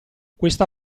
questa